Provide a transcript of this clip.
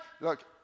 look